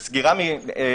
זו סגירה מינהלתית.